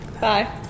Bye